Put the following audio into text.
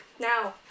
Now